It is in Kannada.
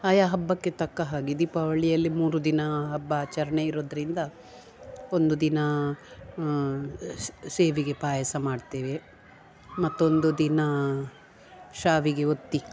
ಆಯಾ ಹಬ್ಬಕ್ಕೆ ತಕ್ಕ ಹಾಗೆ ದೀಪಾವಳಿಯಲ್ಲಿ ಮೂರು ದಿನ ಹಬ್ಬ ಆಚರಣೆ ಇರುದರಿಂದ ಒಂದು ದಿನ ಶಾವಿಗೆ ಪಾಯಸ ಮಾಡ್ತೇವೆ ಮತ್ತೊಂದು ದಿನ ಶಾವಿಗೆ ಒತ್ತಿ